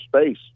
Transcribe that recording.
space